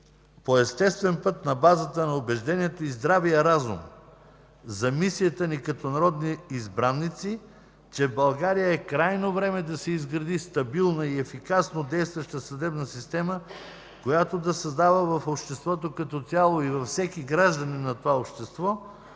по естествен път на базата на убежденията и здравия разум за мисията ни като народни избраници, че в България е крайно време да се изгради стабилна и ефикасно действаща съдебна система, която да създава в обществото като цяло и във всеки гражданин на това общество